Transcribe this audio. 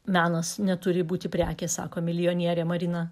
menas neturi būti prekė sako milijonierė marina